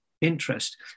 interest